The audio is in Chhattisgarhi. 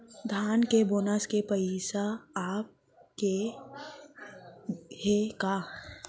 धान के बोनस के पइसा आप गे हे का?